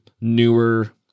newer